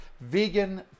vegan